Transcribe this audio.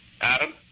Adam